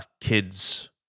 kids